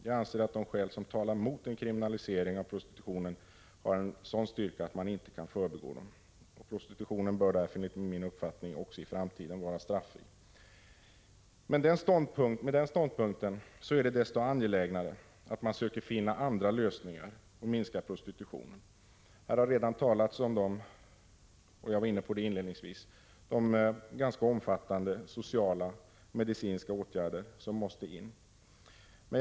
Jag anser att de skäl som talar mot en kriminalisering av prostitutionen har en sådan styrka att de inte kan förbigås. Prostitutionen bör därför enligt min uppfattning också i framtiden vara straffri. Med den ståndpunkten är det desto angelägnare att man söker finna andra lösningar att minska prostitutionen. Det har redan talats om de ganska omfattande sociala och medicinska åtgärder som måste sättas in— jag var inne på det inledningsvis.